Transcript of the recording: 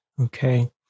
Okay